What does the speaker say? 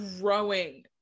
growing